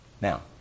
Now